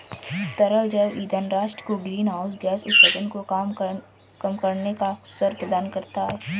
तरल जैव ईंधन राष्ट्र को ग्रीनहाउस गैस उत्सर्जन को कम करने का अवसर प्रदान करता है